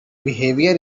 behavior